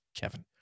Kevin